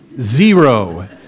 zero